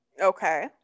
Okay